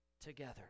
together